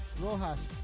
Rojas